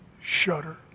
shudder